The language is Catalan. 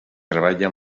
treballa